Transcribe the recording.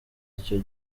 icyo